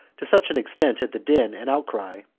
to such an extent had the din and outcry,